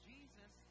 Jesus